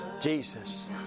Jesus